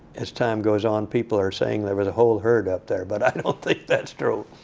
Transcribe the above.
as time goes on, people are saying there was a whole herd up there. but i don't think that's true.